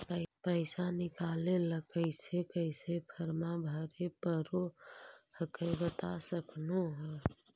पैसा निकले ला कैसे कैसे फॉर्मा भरे परो हकाई बता सकनुह?